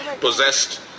possessed